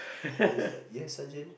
then he's like yes sergeant